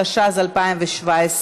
התשע"ז 2017,